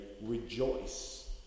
rejoice